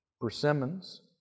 persimmons